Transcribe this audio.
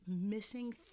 missing